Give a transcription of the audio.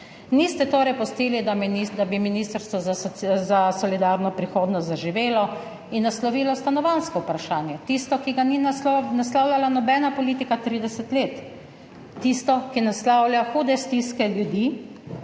Niste torej pustili, da bi Ministrstvo za solidarno prihodnost zaživelo in naslovilo stanovanjsko vprašanje, tisto, ki ga ni naslavljala nobena politika 30 let, tisto, ki naslavlja hude stiske ljudi,